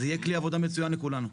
זה יהיה כלי עבודה מצוין לכולנו.